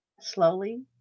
slowly